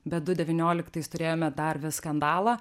bet du devynioliktais turėjome dar vis skandalą